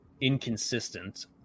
inconsistent